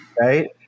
right